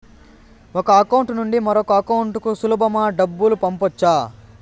ఒక అకౌంట్ నుండి మరొక అకౌంట్ కు సులభమా డబ్బులు పంపొచ్చా